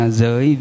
giới